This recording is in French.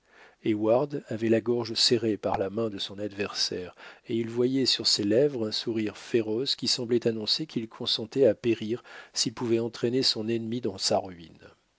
s'engloutissaient heyward avait la gorge serrée par la main de son adversaire il voyait sur ses lèvres un sourire féroce qui semblait annoncer qu'il consentait à périr s'il pouvait entraîner son ennemi dans sa ruine